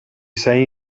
sei